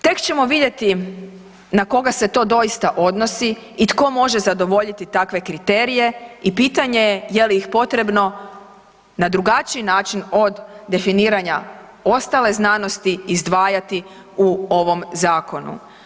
Tek ćemo vidjeti na koga se to doista odnosi i tko može zadovoljiti takve kriterije i pitanje je, je li ih potrebno na drugačiji način od definiranja ostale znanosti izdvajati u ovome zakonu?